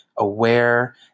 Aware